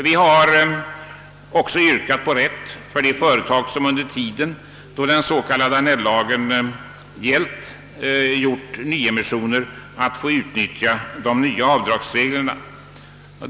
Vi har också yrkat på rätt för företag som under den tid då den s.k. Annell-lagen gällt gjort nyemissioner att få utnyttja de nya avdragsreglerna.